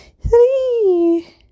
Three